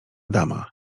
dama